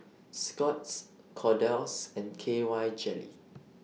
Scott's Kordel's and K Y Jelly